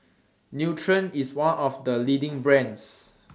Nutren IS one of The leading brands